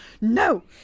no